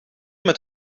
met